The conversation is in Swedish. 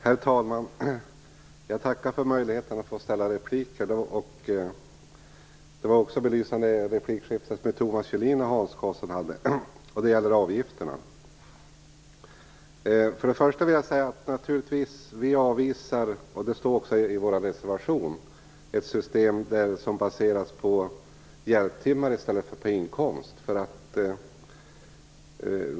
Herr talman! Jag tackar för möjligheten att få komma med replik. Det var ett belysande replikskifte som Thomas Julin och Hans Karlsson hade när det gäller avgifterna. Jag vill börja med att säga att vi naturligtvis avvisar, det står också i vår reservation, ett system som baseras på hjälptimmar i stället för på inkomst.